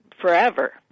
forever